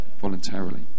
voluntarily